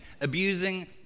abusing